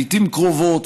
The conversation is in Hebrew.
לעיתים קרובות.